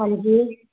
ਹਾਂਜੀ